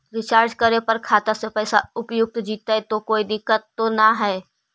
Recharge करे पर का खाता से पैसा उपयुक्त जितै तो कोई दिक्कत तो ना है?